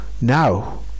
Now